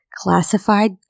classified